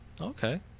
Okay